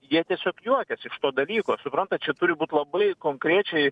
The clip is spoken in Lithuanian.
jie tiesiog juokiasi iš to dalyko suprantat čia turi būt labai konkrečiai